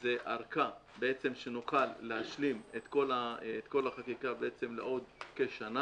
זה ארכה, שנוכל להשלים את כל החקיקה לעוד כשנה